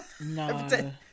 No